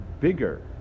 bigger